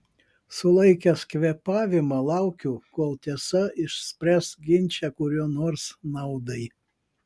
sulaikęs kvėpavimą laukiu kol tiesa išspręs ginčą kurio nors naudai